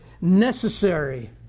necessary